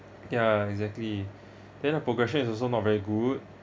ya exactly then the progression is also not very good